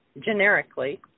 generically